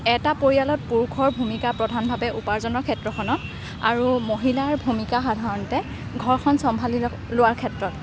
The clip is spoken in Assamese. এটা পৰিয়ালত পুৰুষৰ ভূমিকা প্ৰধানভাৱে উপাৰ্জনৰ ক্ষেত্ৰখনত আৰু মহিলাৰ ভূমিকা সাধাৰণতে ঘৰখন চম্ভালি লোৱাৰ ক্ষেত্ৰত